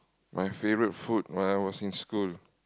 my favourite food when I was in school